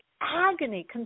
agony